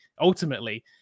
ultimately